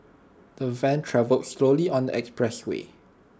the van travelled slowly on the expressway